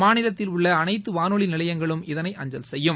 மாநிலத்தில் உள்ள அனைத்து வானொலி நிலையங்களும் இதனை அஞ்சலி செய்யும்